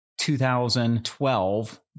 2012